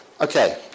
Okay